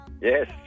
Yes